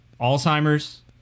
Alzheimer's